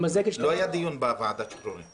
לא היה דיון בוועדת השחרורים.